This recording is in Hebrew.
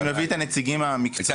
אם נביא את הנציגים המקצועיים --- הייתה